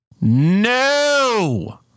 No